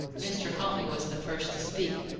mr. huntley was the first to speak.